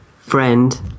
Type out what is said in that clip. friend